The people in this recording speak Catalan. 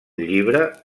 llibre